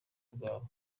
bwabo